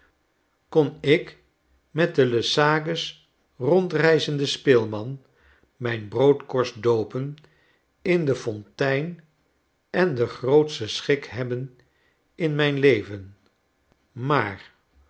kon ik met de le sage's rondreizenden speelman mijn broodkorst doop'en in de fontein ien den grootsten schik hebben in mijn leven maar